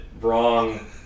wrong